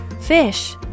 fish